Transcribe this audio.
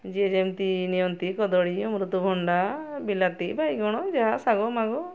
ଯିଏ ଯେମିତି ନିୟନ୍ତି କଦଳୀ ଅମୃତଭଣ୍ଡା ବିଲାତି ବାଇଗଣ ଯାହା ଶାଗମାଗ